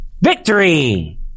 Victory